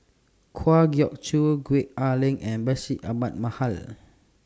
Kwa Geok Choo Gwee Ah Leng and Bashir Ahmad Mallal